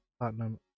platinum